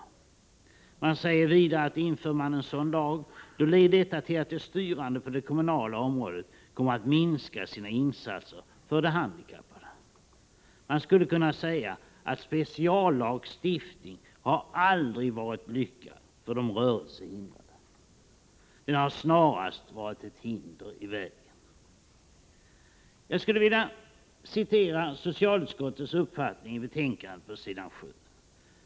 De handikappades riksförbund säger vidare att inför man en sådan lag leder detta till att de styrande på det kommunala området kommer att minska sina insatser för de handikappade. Man skulle kunna säga att speciallagstiftning aldrig varit lyckad för de rörelsehindrade. Det har snarare varit ett hinder. Jag skulle vilja citera socialutskottets uppfattning, som återfinns på s. 7 i betänkandet.